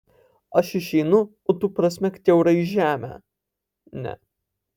aš išeinu o tu prasmek kiaurai žemę ne